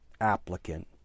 applicant